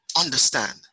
understand